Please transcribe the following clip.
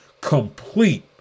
complete